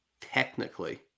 Technically